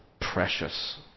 precious